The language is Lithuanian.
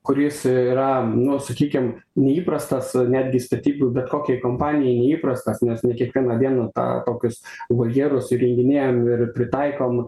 kuris yra nu sakykim neįprastas netgi statybų bet kokiai kompanijai neįprastas nes ne kiekvieną dieną tą tokius voljerus įrenginėjam ir pritaikom